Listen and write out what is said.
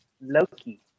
Loki